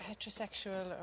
heterosexual